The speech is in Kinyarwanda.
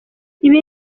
ibi